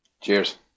Cheers